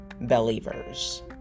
Believers